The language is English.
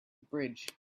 bridge